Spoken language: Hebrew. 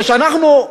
כשאנחנו,